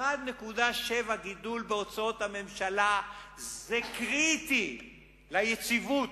ש-1.7 גידול בהוצאות הממשלה זה קריטי ליציבות,